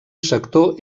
sector